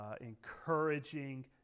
encouraging